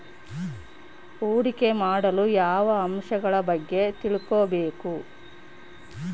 ಹೂಡಿಕೆ ಮಾಡಲು ಯಾವ ಅಂಶಗಳ ಬಗ್ಗೆ ತಿಳ್ಕೊಬೇಕು?